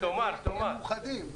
שנהיה מאוחדים,